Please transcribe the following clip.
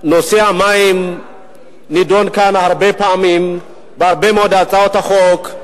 נושא המים נדון כאן הרבה פעמים בהרבה מאוד הצעות חוק,